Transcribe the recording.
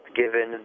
given